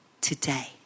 today